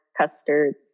custard